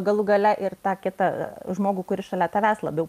galų gale ir tą kitą žmogų kuris šalia tavęs labiau